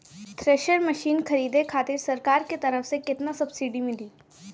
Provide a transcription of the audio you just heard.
Thresher machine खरीदे खातिर सरकार के तरफ से केतना सब्सीडी मिली?